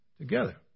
together